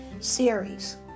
series